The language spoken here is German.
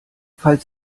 falls